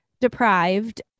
deprived